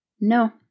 No